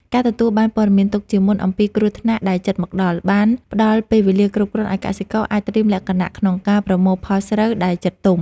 ការទទួលបានព័ត៌មានទុកជាមុនអំពីគ្រោះថ្នាក់ដែលជិតមកដល់ បានផ្តល់ពេលវេលាគ្រប់គ្រាន់ឱ្យកសិករអាចត្រៀមលក្ខណៈក្នុងការប្រមូលផលស្រូវដែលជិតទុំ។